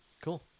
cool